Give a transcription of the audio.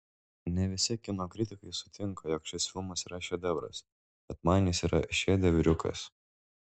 ne visi kino kritikai sutinka jog šis filmas yra šedevras bet man jis yra šedevriukas